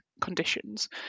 conditions